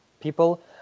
people